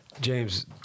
James